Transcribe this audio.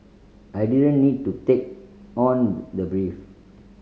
I didn't need to take on the brief